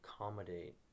accommodate